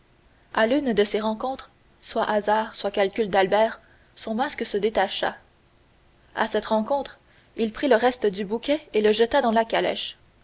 à l'une de ces rencontres soit hasard soit calcul d'albert son masque se détacha à cette rencontre il prit le reste du bouquet et le jeta dans la calèche